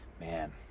Man